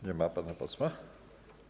Nie ma pana posła.